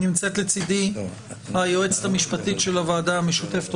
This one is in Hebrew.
נמצאת לצדי היועצת המשפטית של הוועדה המשותפת,